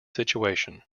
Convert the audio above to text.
situation